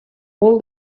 all